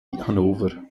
hannover